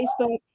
Facebook